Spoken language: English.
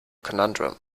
conundrum